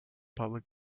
public